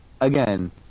again